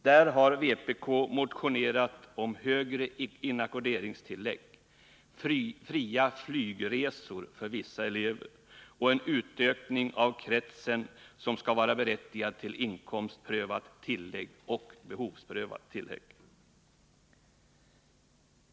Där har vpk motionerat om högre inackorderingstillägg, fria flygresor för vissa elever och en utökning av kretsen som skall vara berättigad till inkomstprövat och behovsprövat tillägg.